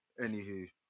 Anywho